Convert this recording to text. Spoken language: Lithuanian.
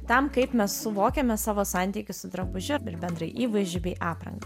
tam kaip mes suvokiame savo santykius su drabužiu ir bendrai įvaizdžiu bei apranga